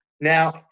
now